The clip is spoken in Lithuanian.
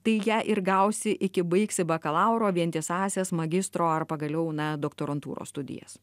tai ją ir gausi iki baigsi bakalauro vientisąsias magistro ar pagaliau na doktorantūros studijas